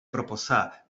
proposar